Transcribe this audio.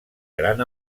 gran